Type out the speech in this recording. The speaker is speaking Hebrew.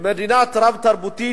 מדינה רב-תרבותית,